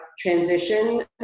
transition